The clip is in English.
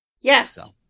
Yes